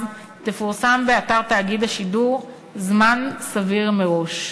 תפורסם באתר תאגיד השידור הציבורי זמן סביר מראש.